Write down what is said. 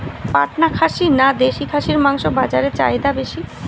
পাটনা খাসি না দেশী খাসির মাংস বাজারে চাহিদা বেশি?